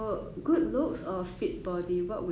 precisely